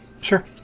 Sure